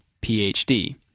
Ph.D